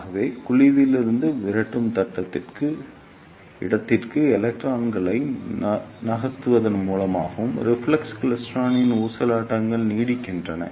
ஆகவே குழிவிலிருந்து விரட்டும் இடத்திற்கு எலக்ட்ரான்களை நகர்த்துவதன் மூலமும் ரிஃப்ளெக்ஸ் கிளைஸ்ட்ரானில் ஊசலாட்டங்கள் நீடிக்கின்றன